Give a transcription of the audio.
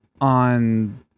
on